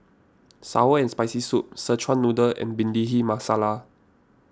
Sour and Spicy Soup Szechuan Noodle and Bhindi Masala